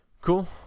cool